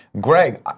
Greg